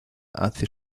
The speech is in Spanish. hace